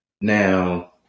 Now